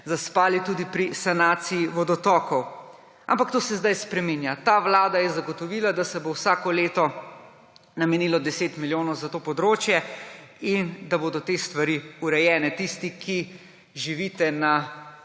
zaspali tudi pri sanaciji vodotokov. Ampak to se zdaj spreminja. Ta vlada je zagotovila, da se bo vsako leto namenilo 10 milijonov za to področje in da bodo te stvari urejene. Tisti, ki živite na